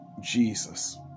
Jesus